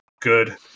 good